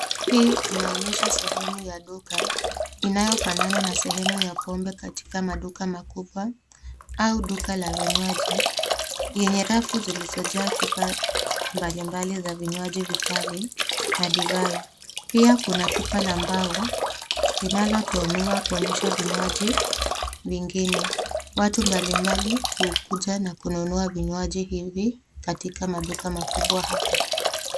Hii inaonyesha sehemu ya duka, inayofanana na sehemu ya pombe katika maduka makubwa au duka la vinywaji yenye rafu zilizojaa chupa mbalimbali za vinywaji vikali na divai. Pia kuna pipa la mbao linalotumiwa kuonyesha vinywaji vingine. Watu mbalimbali hukuja na kununua vinywaji hivi katika maduka makubwa hapa.